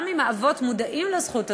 גם אם האבות מודעים לזכות הזו,